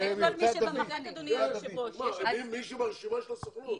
כמובן כל מי שברשימה של הסוכנות.